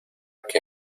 que